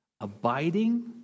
abiding